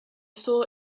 saw